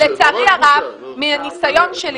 אדוני, לצערי הרב, מהניסיון שלי,